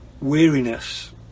weariness